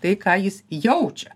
tai ką jis jaučia